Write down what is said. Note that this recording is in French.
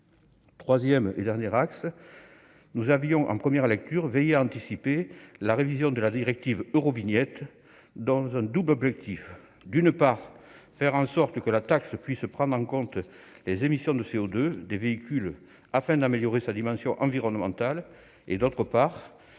Troisième et dernier axe : nous avions, en première lecture, veillé à anticiper la révision de la directive Eurovignette dans un double objectif : d'une part, faire en sorte que la taxe puisse prendre en compte les émissions de CO2 des véhicules, afin d'améliorer sa dimension environnementale et, d'autre part,